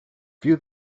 view